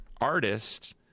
artist